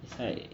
it's like